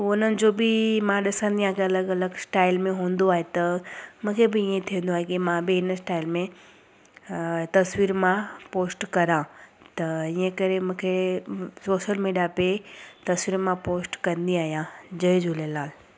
हुननि जो बि मां ॾिसंदी आहियां कि अलॻि अलॻि स्टाइल में हूंदो आहे त मूंखे बि ईअं थींदो आहे की मां बि हिन स्टाइल में तस्वीरु मां पोस्ट कयां त ईअं करे मूंखे सोसल मीडिया ते तस्वीरु मां पोस्ट कंदी आहियां जय झूलेलाल